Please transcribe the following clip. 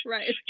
Right